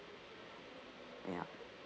yup